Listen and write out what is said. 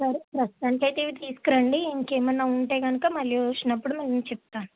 సరే ప్రస్తుతానికైతే ఇవి తీసుకురండి ఇంకేమన్నా ఉంటే కనుక మళ్ళీ వచ్చినప్పుడు నేను చెప్తాను